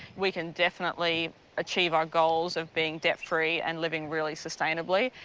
we can definitely achieve our goals of being debt-free and living really sustainably.